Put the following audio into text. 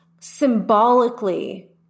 symbolically